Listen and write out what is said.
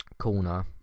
corner